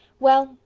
well,